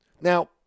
Now